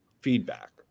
feedback